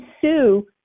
sue